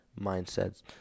mindsets